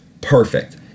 perfect